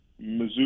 Mizzou